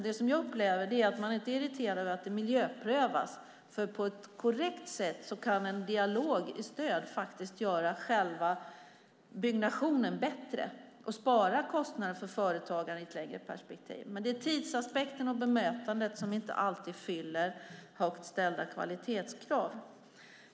Det som jag upplever är att man inte är irriterad över att det miljöprövas, för på ett korrekt sätt kan en dialog ge stöd, göra själva byggnationen bättre och spara kostnader för företagarna i ett längre perspektiv. Men tidsaspekten och bemötandet fyller inte alltid högt ställda kvalitetskrav.